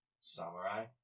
samurai